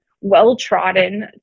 well-trodden